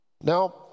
Now